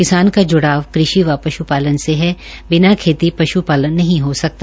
किसान का जुड़ाव कृषि व पश्पालन से है बिना खेती पश्पालन नहीं हो सकता